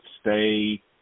stay